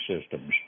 systems